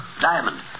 Diamond